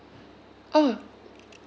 oh